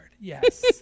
Yes